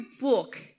book